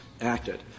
acted